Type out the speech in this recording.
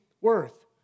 worth